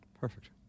Perfect